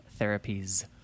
therapies